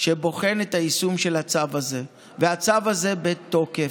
שבוחן את היישום של הצו הזה, והצו הזה בתוקף.